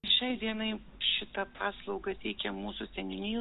šiai dienai šitą paslaugą teikia mūsų seniūnijų